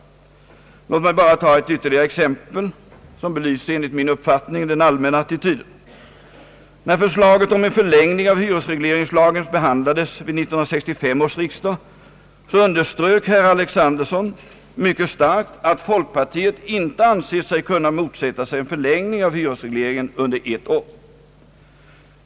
Låt mig bara ta ytterligare ett exempel som enligt min uppfattning belyser den allmänna attityden. När förslaget om en förlängning av hyresregleringslagen behandlades vid 1965 års riksdag underströk herr Alexanderson mycket starkt att folkpartiet inte anser sig kunna motsätta sig en förlängning av hyresregleringen under ett år.